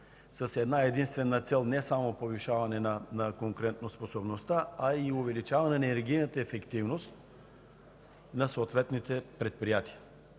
с една-единствена цел – не само повишаване на конкурентоспособността, а и увеличаване на енергийната ефективност на съответните предприятия.